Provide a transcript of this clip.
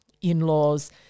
in-laws